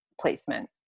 placement